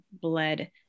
bled